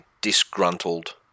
disgruntled